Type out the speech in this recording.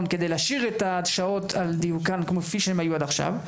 כדי להשאיר את השעות על דיוקן כפי שהן היו עד עכשיו,